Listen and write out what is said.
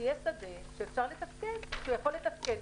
יהיה שדה שהוא יכול לתפקד.